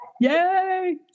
yay